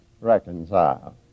reconcile